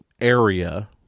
area